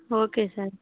okay sir